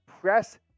press